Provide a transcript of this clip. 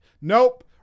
Nope